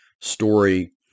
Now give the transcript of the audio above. story